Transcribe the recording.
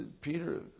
Peter